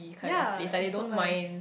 ya it's so nice